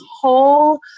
whole